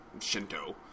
Shinto